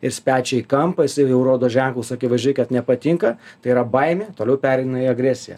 ir spečia į kampą jisai jau rodo ženklus akivaizdžiai kad nepatinka tai yra baimė toliau pereina į agresiją